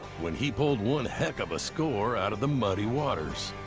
when he pulled one heck of a score out of the muddy waters.